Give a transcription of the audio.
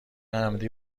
عمدی